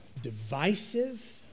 divisive